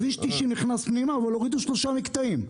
כביש 90 נכנס פנימה, אבל הורידו שלושה מקטעים.